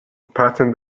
patent